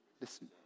listen